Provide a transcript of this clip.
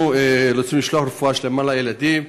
אנחנו רוצים לשלוח רפואה שלמה לילדים,